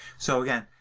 so again,